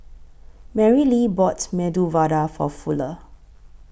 Marylee bought Medu Vada For Fuller